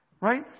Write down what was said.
right